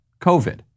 COVID